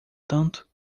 tanto